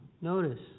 Notice